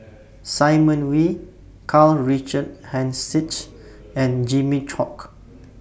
Simon Wee Karl Richard Hanitsch and Jimmy Chok